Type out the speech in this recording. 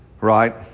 right